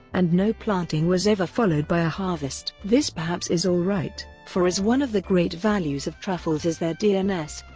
and no planting was ever followed by a harvest. this perhaps is all right, for as one of the great values of truffles is their dearness,